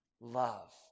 love